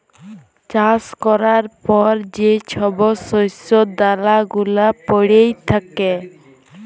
চাষ ক্যরার পর যে ছব শস্য দালা গুলা প্যইড়ে থ্যাকে